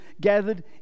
gathered